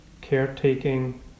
caretaking